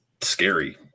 scary